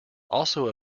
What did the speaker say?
also